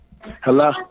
Hello